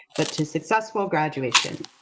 but to successful graduation.